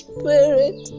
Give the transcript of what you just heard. Spirit